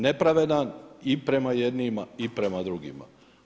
Nepravedan i prema jednima i prema drugima.